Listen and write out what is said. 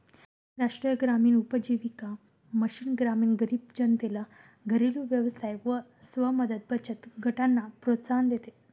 राष्ट्रीय ग्रामीण उपजीविका मिशन ग्रामीण गरीब जनतेला घरेलु व्यवसाय व स्व मदत बचत गटांना प्रोत्साहन देते